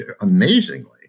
amazingly